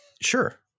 Sure